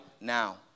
now